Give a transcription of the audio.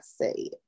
say